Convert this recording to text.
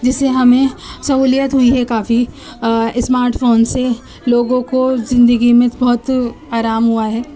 جیسے ہمیں سہولیت ہوئی ہے کافی اسمارٹ فون سے لوگوں کو زندگی میں بہت آرام ہوا ہے